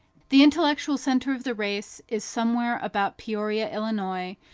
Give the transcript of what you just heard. the intellectual centre of the race is somewhere about peoria, illinois,